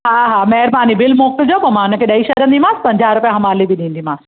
हा हा महिरबानी बिल मोकिलिजो पोइ मां हिनखे ॾेई छॾंदीमांसि पंजाहु रुपिया हमाली बि ॾींदीमांसि